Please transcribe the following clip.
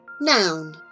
Noun